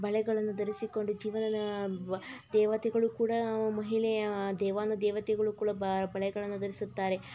ಬಳೆಗಳನ್ನು ಧರಿಸಿಕೊಂಡು ಜೀವನಾನ ಬ ದೇವತೆಗಳು ಕೂಡ ಮಹಿಳೆಯ ದೇವಾನು ದೇವತೆಗಳು ಕೂಡ ಬ ಬಳೆಗಳನ್ನು ಧರಿಸುತ್ತಾರೆ